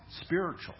spiritual